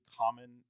common